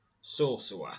Sorcerer